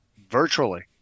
virtually